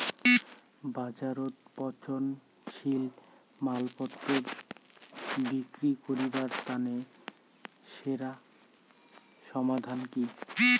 বাজারত পচনশীল মালপত্তর বিক্রি করিবার তানে সেরা সমাধান কি?